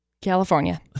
California